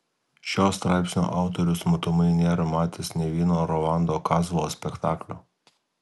šio straipsnio autorius matomai nėra matęs nė vieno rolando kazlo spektaklio